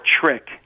trick